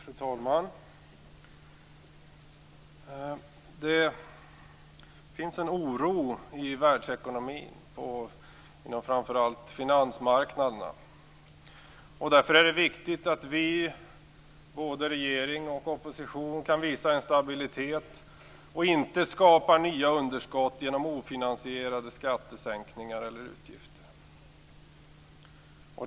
Fru talman! Det finns en oro i världsekonomin inom framför allt finansmarknaderna. Därför är det viktigt att vi, både regering och opposition, kan visa en stabilitet och inte skapar nya underskott genom ofinansierade skattesänkningar eller utgifter.